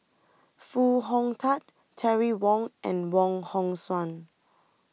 Foo Hong Tatt Terry Wong and Wong Hong Suen